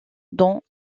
dans